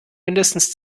mindestens